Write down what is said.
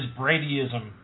Bradyism